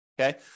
okay